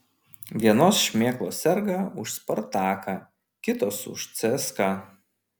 vienos šmėklos serga už spartaką kitos už cska